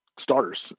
starters